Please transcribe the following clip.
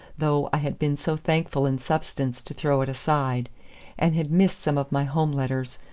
though i had been so thankful in substance to throw it aside and had missed some of my home letters,